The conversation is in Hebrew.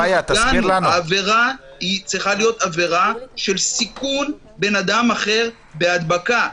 העבירה צריכה להיות עבירה של סיכון בן אדם אחר בהדבקה.